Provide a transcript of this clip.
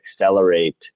accelerate